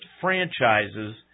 franchises